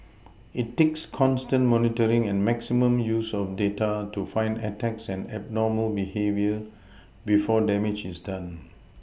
it takes constant monitoring and maximum use of data to find attacks and abnormal behaviour before damage is done